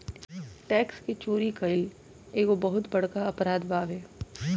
tax के चोरी कईल एगो बहुत बड़का अपराध बावे